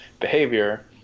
behavior